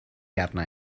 arna